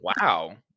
Wow